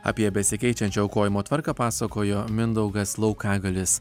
apie besikeičiančią aukojimo tvarką pasakojo mindaugas laukagalis